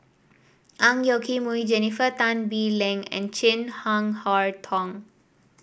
Ang Yoke Mooi Jennifer Tan Bee Leng and Chin Harn Tong